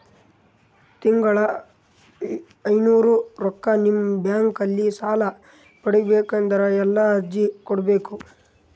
ತಿಂಗಳ ಐನೂರು ರೊಕ್ಕ ನಿಮ್ಮ ಬ್ಯಾಂಕ್ ಅಲ್ಲಿ ಸಾಲ ಪಡಿಬೇಕಂದರ ಎಲ್ಲ ಅರ್ಜಿ ಕೊಡಬೇಕು?